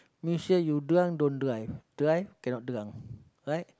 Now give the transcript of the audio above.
make sure you drunk don't drive drive cannot drunk right